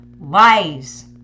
lies